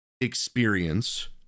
experience